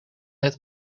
het